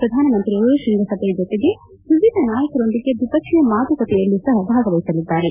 ಪ್ರಧಾನಮಂತ್ರಿಯವರು ತೃಂಗಸಭೆಯ ಜೊತೆಗೆ ವಿವಿಧ ನಾಯಕರೊಂದಿಗೆ ದ್ವಿಪಕ್ಷೀಯ ಮಾತುಕತೆಯಲ್ಲಿ ಸಹ ಭಾಗವಹಿಸಲಿದ್ದಾರೆ